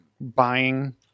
buying